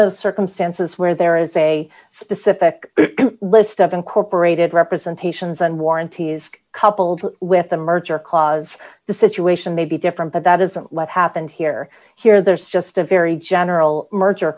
those circumstances where there is a specific list of incorporated representations and warranties coupled with the merger clause the situation may be different but that isn't what happened here here there's just a very general merger